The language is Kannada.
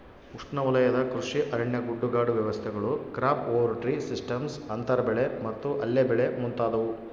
ಉಷ್ಣವಲಯದ ಕೃಷಿ ಅರಣ್ಯ ಗುಡ್ಡಗಾಡು ವ್ಯವಸ್ಥೆಗಳು ಕ್ರಾಪ್ ಓವರ್ ಟ್ರೀ ಸಿಸ್ಟಮ್ಸ್ ಅಂತರ ಬೆಳೆ ಮತ್ತು ಅಲ್ಲೆ ಬೆಳೆ ಮುಂತಾದವು